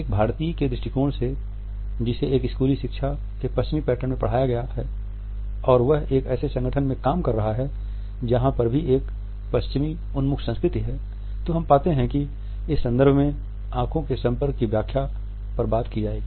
एक भारतीय के दृष्टिकोण से जिसे एक स्कूली शिक्षा के पश्चिमी पैटर्न में पढ़ाया गया है और वह एक ऐसे संगठन में काम कर रहा है जहां पर भी एक पश्चिम उन्मुख संस्कृति है तो हम पाते हैं कि इस संदर्भ में आंखों के संपर्क की व्याख्या पर बात की जाएगी